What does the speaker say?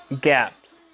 Gaps